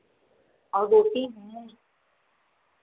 और रोटी है